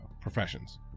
professions